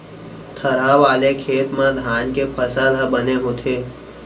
थरहा वाले खेत म धान के फसल ह बने होथे